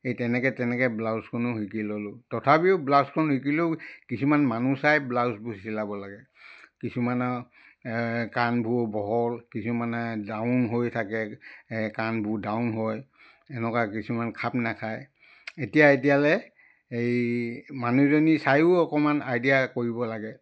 এই তেনেকৈ তেনেকৈ ব্লাউজখনো শিকি ল'লোঁ তথাপিও ব্লাউজখন শিকিলেও কিছুমান মানুহ চাই ব্লাউজবোৰ চিলাব লাগে কিছুমানৰ কান্ধবোৰ বহল কিছুমানৰ ডাউন হৈ থাকে কান্ধবোৰ ডাউন হয় এনেকুৱা কিছুমান খাপ নাখায় এতিয়া এতিয়ালৈ এই মানুহজনী চায়ো অকণমান আইডিয়া কৰিব লাগে